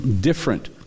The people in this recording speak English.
different